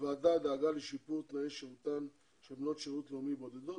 הוועדה דאגה לשיפור תנאי שירותם של בנות שירות לאומי בודדות.